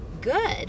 good